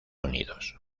unidos